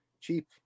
cheap